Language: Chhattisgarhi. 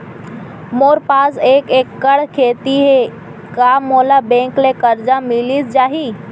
मोर पास एक एक्कड़ खेती हे का मोला बैंक ले करजा मिलिस जाही?